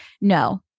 no